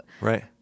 Right